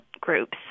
groups